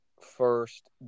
first